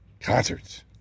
Concerts